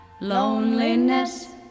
Loneliness